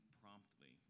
promptly